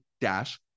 dash